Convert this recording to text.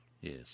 Yes